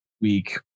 week